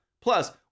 Plus